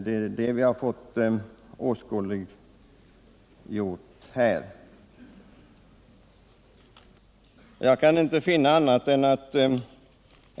Det är det vi har fått åskådliggjort i dag.